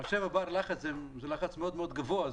שבעה בר זה לחץ מאוד מאוד גבוה.